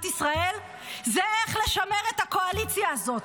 ישראל זה איך לשמר את הקואליציה הזאת.